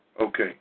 Okay